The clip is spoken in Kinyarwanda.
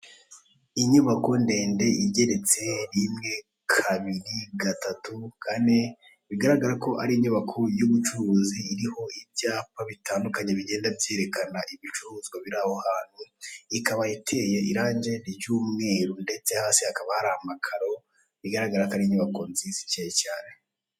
Inyubako ndende igeretse rimwe kabiri gatatu kane bigaragara ko ari inzu y'ubucuruzi, iriho ibyapa bitandukanye bigenda byerekana ibicuruzwa biri aho hantu. Ikaba iteye irange ry'umweru ndetse hasi hakaba hari amakaro bigaragara ko ari inyubako nziza ikeye cyane.